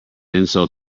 insult